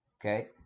okay